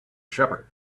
shepherd